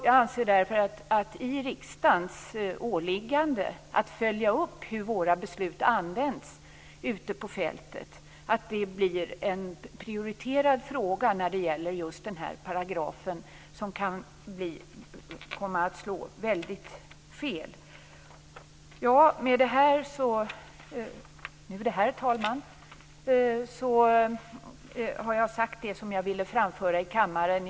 Jag anser därför att just den här paragrafen skall bli en prioriterad fråga i riksdagens åliggande att följa upp hur våra beslut används ute på fältet. Den kan komma att slå väldigt fel. Med detta, herr talman, har jag sagt det jag ville framföra i kammaren.